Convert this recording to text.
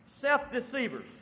self-deceivers